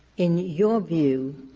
in your view,